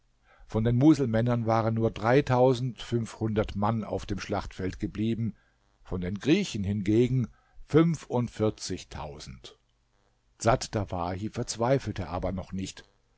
von den muselmännern waren nur dreitausendfünfhundert mann auf dem schlachtfeld geblieben von den griechen hingegen fünfundvierzigtausend dsat dawahi verzweifelte aber noch nicht